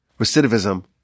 Recidivism